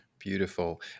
Beautiful